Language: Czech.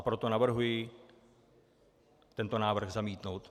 Proto navrhuji tento návrh zamítnout.